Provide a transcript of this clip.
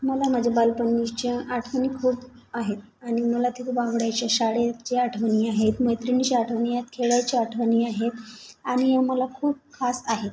मला माझ्या बालपणीच्या आठवणी खूप आहेत आणि मला ते खूप आवडायच्या शाळेच्या आठवणी आहेत मैत्रिणीच्या आठवणी आहेत खेळायच्या आठवणी आहेत आणि या मला खूप खास आहेत